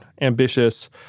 ambitious